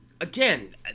Again